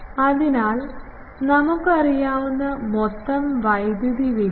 അതിനാൽ നമുക്കറിയാവുന്ന മൊത്തം വൈദ്യുതി വികിരണം